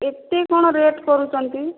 ଏତେ କ'ଣ ରେଟ୍ କରୁଛନ୍ତି